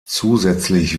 zusätzlich